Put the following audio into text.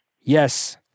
Yes